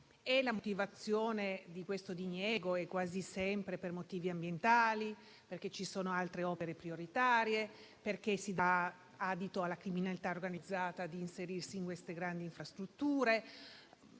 le vuole e questo diniego è quasi sempre per motivi ambientali, perché ci sono altre opere prioritarie, perché si dà adito alla criminalità organizzata di inserirsi nelle grandi infrastrutture,